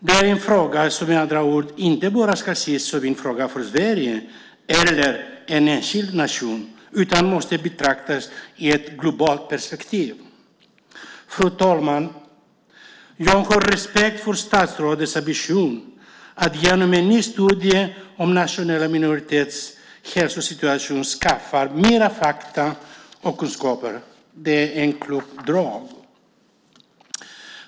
Det här är en fråga som med andra ord inte kan ses bara som en fråga för Sverige eller en enskild nation, utan den måste betraktas i ett globalt perspektiv. Fru talman! Jag har respekt för statsrådets ambition att genom en ny studie om nationella minoriteters hälsosituation skaffa mer fakta och kunskaper. Det är ett klokt drag.